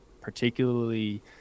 particularly